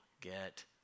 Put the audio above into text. get